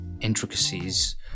intricacies